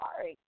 sorry